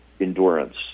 endurance